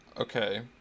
Okay